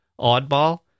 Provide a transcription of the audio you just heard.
Oddball